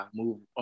move